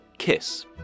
kiss